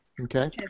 Okay